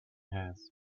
has